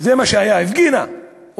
זה מה שהיה, היא הפגינה ומחתה.